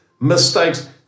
mistakes